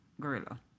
Gorilla